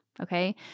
Okay